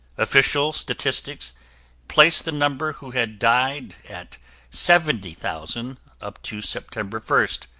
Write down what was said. official statistics place the number who had died at seventy thousand up to september first,